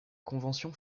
convention